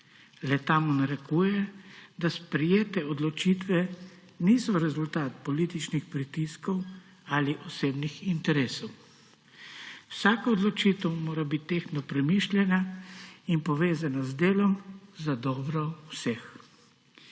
Le-ta mu narekuje, da sprejete odločitve niso rezultat političnih pritiskov ali osebnih interesov. Vsaka odločitev mora biti tehtno premišljena in povezana z delom za dobro vseh.